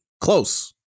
Close